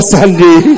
Sunday